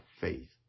faith